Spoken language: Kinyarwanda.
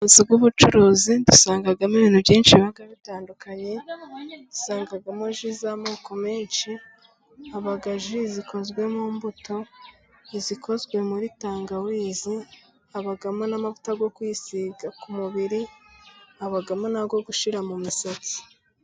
Amazu y'ubucuruzi dusangamo ibintu byinshi bitandukanye, dusangamo ji z'amoko menshi haba ji zikozwe mu mbuto izikozwe muri tangawizi, habamo n'amavuta yo kwisiga ku mubiri, habamo n'ayo gushyira mu misatsi.